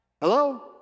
Hello